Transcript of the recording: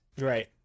right